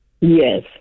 Yes